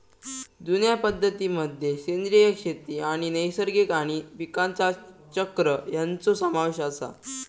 जुन्या पद्धतीं मध्ये सेंद्रिय शेती आणि नैसर्गिक आणि पीकांचा चक्र ह्यांचो समावेश आसा